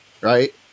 right